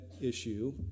issue